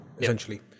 essentially